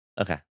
Okay